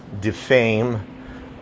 defame